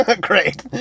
Great